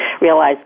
realize